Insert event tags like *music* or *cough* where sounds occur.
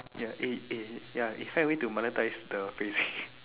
ya eh eh ya you find a way to monetized the phrase *laughs*